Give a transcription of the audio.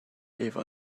efo